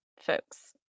folks